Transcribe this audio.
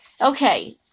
Okay